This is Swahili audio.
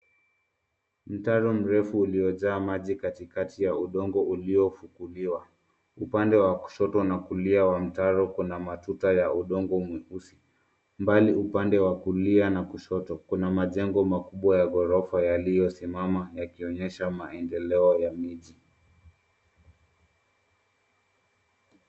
Mtaro mrefu uliojaa maji katikati ya udongo uliofukuliwa. Upande wa kushoto na kulia wa mtaro kuna matuta ya udongo mweusi. Mbali upande wa kulia na kushoto kuna majengo makubwa ya ghorofa yaliyosimama yakionesha maendeleo ya miji.